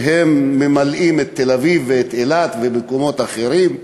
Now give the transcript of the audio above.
שממלאים את תל-אביב ואת אילת ומקומות אחרים,